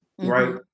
Right